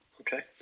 okay